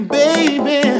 baby